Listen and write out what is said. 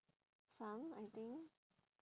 some I think